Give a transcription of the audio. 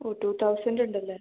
ഓ two thousand ഉണ്ടല്ലേ